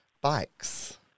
bikes